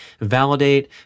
validate